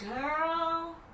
Girl